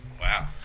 Wow